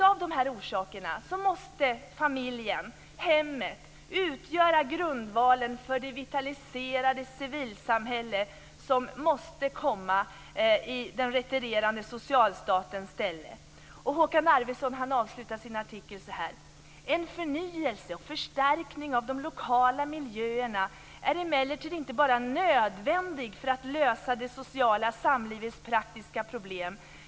Av dessa anledningar måste familjen, hemmet, utgöra grundvalen för det vitaliserade civilsamhälle som måste komma i den retirerande socialstatens ställe. Håkan Arvidsson avslutar sin artikel så här: "En förnyelse och förstärkning av de lokala miljöerna är emellertid inte bara nödvändig för att lösa det sociala samlivets praktiska problem.